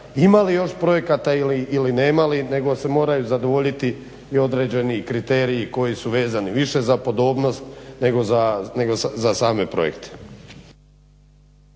ima li još projekata ili nema, nego se moraju zadovoljiti i određeni kriteriji koji su vezani više za podobnost nego za same projekte.